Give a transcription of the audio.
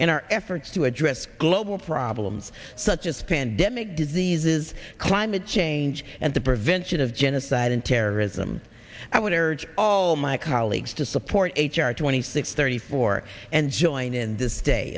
in our efforts to address global problems such as pandemic diseases climate change and the prevention of genocide and terrorism i would urge all my colleagues to support h r twenty six thirty four and join in this day